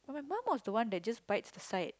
but my mum was the one that just bites the side